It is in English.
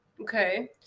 Okay